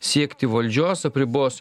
siekti valdžios apribos